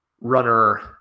runner